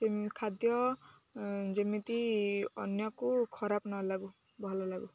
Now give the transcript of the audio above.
ଖାଦ୍ୟ ଯେମିତି ଅନ୍ୟକୁ ଖରାପ ନଲାଗୁ ଭଲ ଲାଗୁ